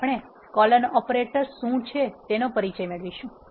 હવે આપણે colon operator શુ છે તેનો પરિચય કરીશું